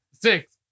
Six